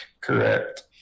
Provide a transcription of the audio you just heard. Correct